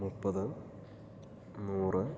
മുപ്പത് നൂറ്